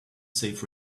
save